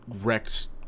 wrecked